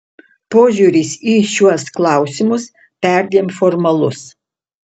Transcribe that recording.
požiūris į šiuos klausimus perdėm formalus